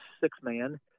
six-man